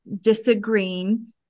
disagreeing